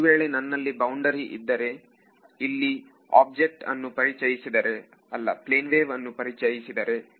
ಒಂದು ವೇಳೆ ನನ್ನಲ್ಲಿ ಬೌಂಡರಿ ಇದ್ದರೆ ಇಲ್ಲಿ ಆಬ್ಜೆಕ್ಟ್ ಅನ್ನು ಪರಿಚಯಿಸಿದರೆ ಅಥವಾ ಪ್ಲೇನ್ವೇವ್ ಅನ್ನು ಪರಿಚಯಿಸಿದರೆ